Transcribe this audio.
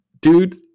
dude